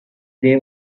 they